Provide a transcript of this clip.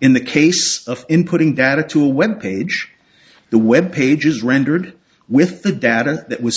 in the case of inputting data to a web page the web page is rendered with the data that was